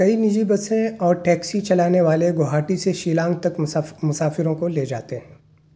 کئی نجی بسیں اور ٹیکسی چلانے والے گوہاٹی سے شیلانگ تک مسافروں کو لے جاتے ہیں